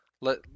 let